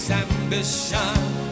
ambition